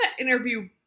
interview